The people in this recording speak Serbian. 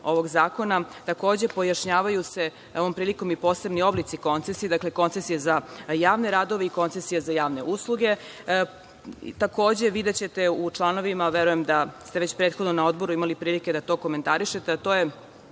ovog zakona, takođe, pojašnjavaju se, ovom prilikom, i posebni oblici koncesija, dakle, koncesija za javne radove i koncesija za javne usluge. Takođe, videćete u članovima, verujem da ste već prethodno na odboru imali prilike da to komentarišete, a to je